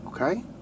Okay